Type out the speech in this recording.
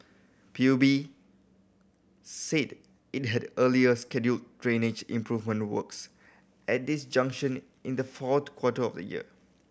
P U B said it had earlier scheduled drainage improvement works at this junction in the fourth quarter of the year